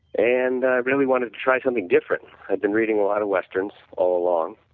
and i really wanted to try something different. i've been reading a lot of westerns all along.